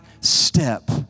step